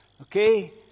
okay